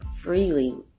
freely